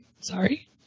Sorry